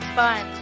fun